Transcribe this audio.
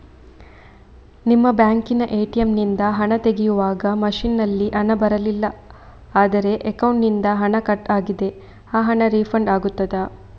ನಿಮ್ಮ ಬ್ಯಾಂಕಿನ ಎ.ಟಿ.ಎಂ ನಿಂದ ಹಣ ತೆಗೆಯುವಾಗ ಮಷೀನ್ ನಲ್ಲಿ ಹಣ ಬರಲಿಲ್ಲ ಆದರೆ ಅಕೌಂಟಿನಿಂದ ಹಣ ಕಟ್ ಆಗಿದೆ ಆ ಹಣ ರೀಫಂಡ್ ಆಗುತ್ತದಾ?